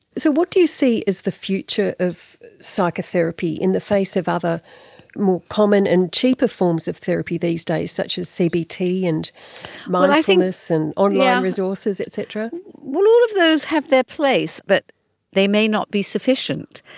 so what do you see is the future of psychotherapy in the face of other more common and cheaper forms of therapy these days such as cbt and mindfulness and online resources et cetera? all of those have their place but they may not be sufficient.